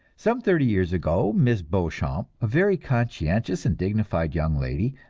some thirty years ago miss beauchamp, a very conscientious and dignified young lady,